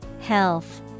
Health